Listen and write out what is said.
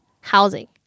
Housing